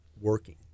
working